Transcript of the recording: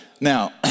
Now